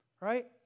right